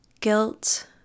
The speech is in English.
Guilt